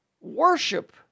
worship